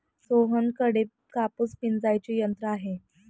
सोहनकडे कापूस पिंजायचे यंत्र आहे